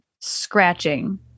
scratching